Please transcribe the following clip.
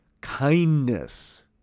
Kindness